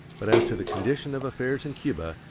but as to the condition of affairs in cuba,